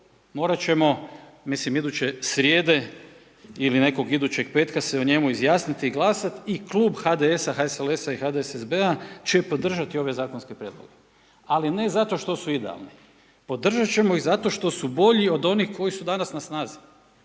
morati ćemo, mislim iduće srijede ili nekog idućeg petka se o njemu izjasniti i glasati. I Klub HDS-a, HSLS-a i HDSSB će podržati ove zakonske prijedloge. Ali ne zato što su idealni, podržati ćemo ih zato što su bolji od onih koji su danas na snazi.